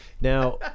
Now